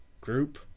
group